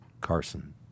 Carson